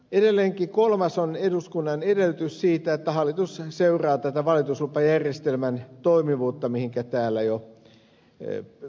edelleen kolmannessa lausumassa eduskunta edellyttää sitä että hallitus seuraa valituslupajärjestelmän toimivuutta mihin täällä jo ed